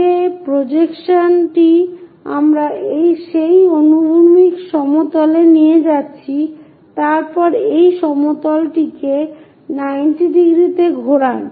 যে প্রজেকশন টি আমরা সেই অনুভূমিক সমতলে নিয়ে যাচ্ছি তারপর এই সমতলটিকে 90 ডিগ্রীতে ঘোরান